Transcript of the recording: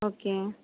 okay